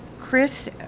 Chris